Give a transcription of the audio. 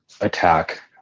attack